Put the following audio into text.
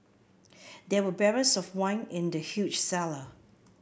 there were barrels of wine in the huge cellar